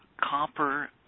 copper